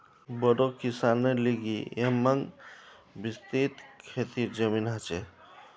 बोड़ो किसानेर लिगि येमं विस्तृत खेतीर जमीन ह छे